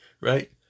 Right